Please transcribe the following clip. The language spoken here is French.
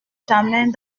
jamais